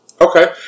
okay